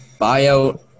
Buyout